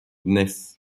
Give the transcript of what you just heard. gneiss